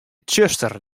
tsjuster